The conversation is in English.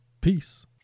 Peace